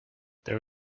there